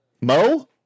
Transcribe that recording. Mo